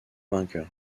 vainqueur